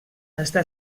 està